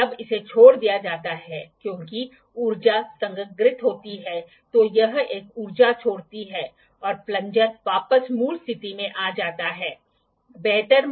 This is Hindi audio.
विभिन्न इंजीनियरिंग क्षेत्रों में बीम और कॉलम जैसे संरचनात्मक सदस्यों को संरेखित करने के लिए स्पिरिट लेवल का सार्वभौमिक अनुप्रयोग है